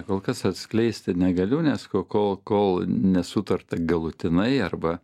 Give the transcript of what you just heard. kol kas atskleisti negaliu nes kol kol nesutarta galutinai arba